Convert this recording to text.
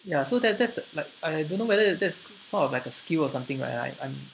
ya so that that's the like I don't know whether that's sort of like a skill or something like I I'm